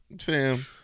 Fam